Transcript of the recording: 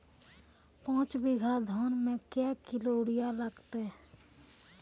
पाँच बीघा धान मे क्या किलो यूरिया लागते?